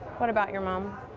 what about your mom?